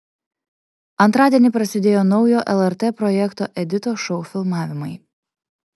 antradienį prasidėjo naujo lrt projekto editos šou filmavimai